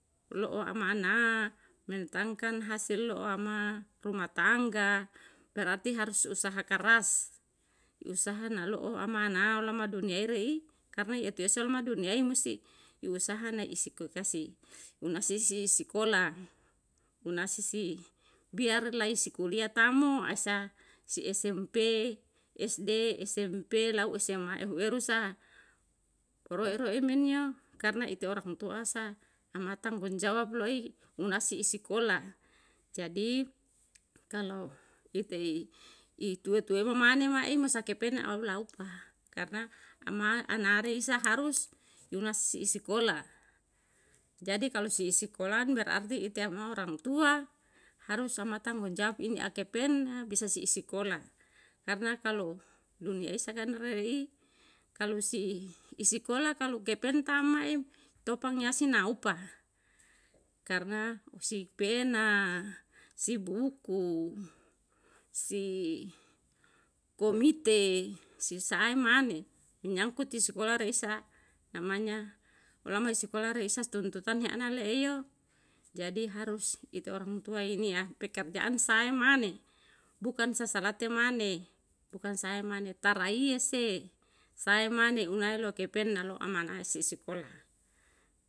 Lo'o ama ana, mendatangkan hasil lo'o ama rumah tangga berarti harus usaha karas, usaha na lo'o ama anao lama duniyai rei, karna etuisa lama duniyai musti i usahai na isi kulkasi unasisi sekolah, unasisi biar lai si kuliah tam mo asal si smp, sd, smp, lau sma ehuweru sa roe roe men yo karna ite orang tua sa, ama tanggung jawab lo'i unasi isikolah jadi kalau itei ituwe tuwe me mane mai masa kepen na ao laupa, karna ama anareisa harus yuna si isikolah, jadi kalu si isikolan berarti ite ama orang tua, harus ama tanggung jawab ini a kepen na bisa si isikolah, karna kalu duniyai sekarang re'i, kalu si isikolah kalu kepen tam mai topang yasi naupa, karna si pena, si buku, si komite, si sae mane, menyangkut si sekolah reisa namanya olamai sekolah reisa si tuntutan heana le'e yo, jadi harus ite orang tua ini ya pekerjaan sae mane, bukan sasalate mane, bukan sae mane, taraiya se sae mane unai lo kepen na lo amanae si sekolah